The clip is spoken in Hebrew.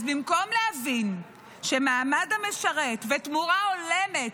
אז במקום להבין שמעמד המשרת ותמורה הולמת